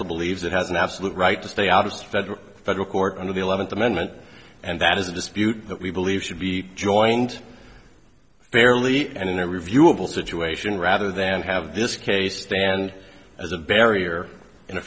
l believes it has an absolute right to stay out as federal federal court under the eleventh amendment and that is a dispute that we believe should be joined fairly and in a reviewable situation rather than have this case stand as a barrier in a